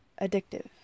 addictive